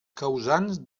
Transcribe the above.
causants